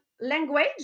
language